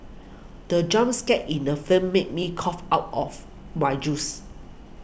the jump scare in the film made me cough out of my juice